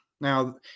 Now